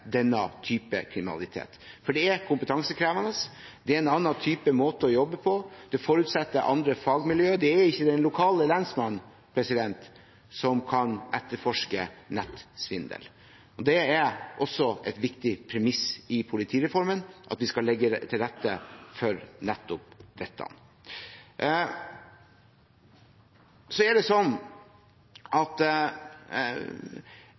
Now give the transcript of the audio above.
denne type kriminalitet. Det er kompetansekrevende. Det er en annen måte å jobbe på. Det forutsetter andre fagmiljøer – det er ikke den lokale lensmannen som kan etterforske nettsvindel. Det er også et viktig premiss i politireformen at vi skal legge til rette for nettopp dette. Politiet vil også ha behov for flere effektive virkemidler når det